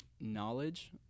knowledge